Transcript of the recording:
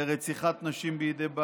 לרציחת נשים בידי בעליהן,